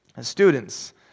Students